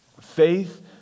Faith